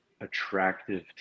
attractive